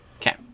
Okay